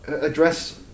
address